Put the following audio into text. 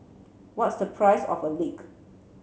what's the price of a leak